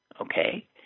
Okay